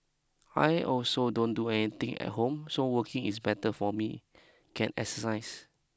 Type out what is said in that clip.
I also don't do anything at home so working is better for me can exercise